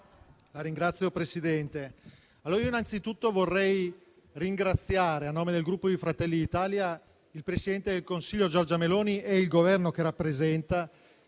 Signor Presidente, vorrei innanzitutto ringraziare a nome del Gruppo di Fratelli d'Italia il Presidente del Consiglio Giorgia Meloni e il Governo che rappresenta